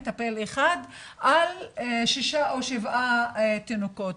מטפל אחד על שישה או שבעה תינוקות.